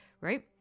Right